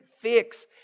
fix